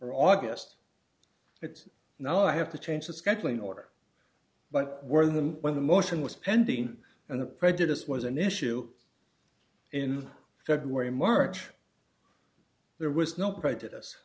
or august it's now i have to change the scheduling order but were them when the motion was pending and the prejudice was an issue in february march there was no prejudice